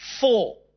Four